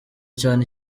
cyane